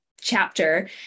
chapter